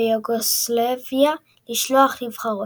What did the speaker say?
ויוגוסלביה לשלוח נבחרות.